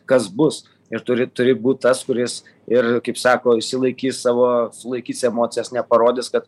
kas bus ir turi turi būt tas kuris ir kaip sako išsilaikys savo sulaikys emocijas neparodys kad